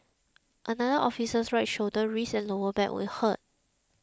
another officer's right shoulder wrist and lower back were hurt